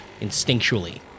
instinctually